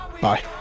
Bye